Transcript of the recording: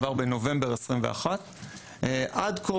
עבר בנובמבר 21. עד כה,